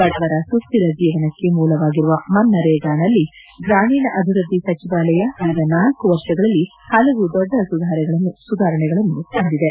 ಬಡವರ ಸುಶ್ಯರ ಜೀವನಕ್ಷೆಮೂಲವಾಗಿರುವ ಎಂಜಿಎನ್ ಆರ್ ಇಜಿಎ ನಲ್ಲಿ ಗ್ರಾಮೀಣಾ ಅಭಿವೃದ್ದಿ ಸಚಿವಾಲಯ ಕಳೆದ ನಾಲ್ಕ ವರ್ಷಗಳಲ್ಲಿ ಹಲವು ದೊಡ್ಡ ಸುಧಾರಣೆಗಳನ್ನು ತಂದಿದೆ